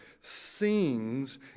sings